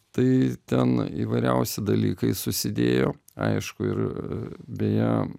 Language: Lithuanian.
tai ten įvairiausi dalykai susidėjo aišku ir beje